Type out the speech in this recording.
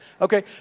Okay